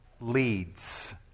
leads